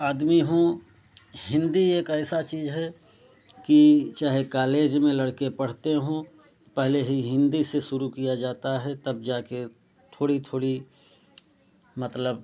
आदमी हों हिंदी एक ऐसा चीज़ है कि चाहे कॉलेज में लड़के पढ़ते हों पहले ही हिंदी से शुरू किया जाता है तब जाके थोड़ी थोड़ी मतलब